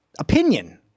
Opinion